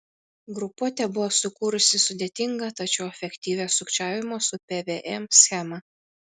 grupuotė buvo sukūrusi sudėtingą tačiau efektyvią sukčiavimo su pvm schemą